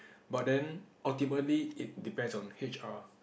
but then ultimately it depends on H_R